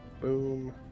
boom